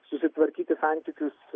susitvarkyti santykius